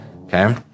Okay